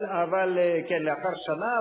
אבל, כן, לאחר שנה.